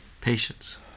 patience